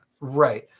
Right